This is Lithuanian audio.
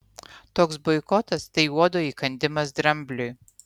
toks boikotas tai uodo įkandimas drambliui